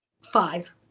Five